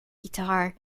guitar